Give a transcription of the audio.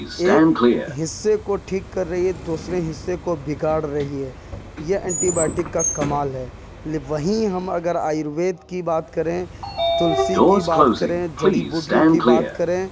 ایک حصّے کو ٹھیک کر رہی ہے دوسرے حصے کو بگاڑ رہی ہے یہ اینٹی بایوٹک کا کمال ہے وہیں ہم اگر آیوروید کی بات کریں تلسی کی بات کریں جڑی بوٹیوں کی بات کریں